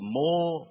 more